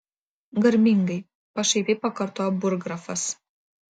garbingai pašaipiai pakartojo burggrafas